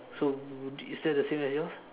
so is that the same as yours